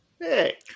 Hey